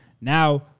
Now